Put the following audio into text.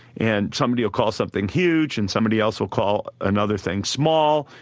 and somebody will call something huge and somebody else will call another thing small.